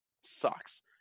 sucks